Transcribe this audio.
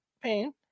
pain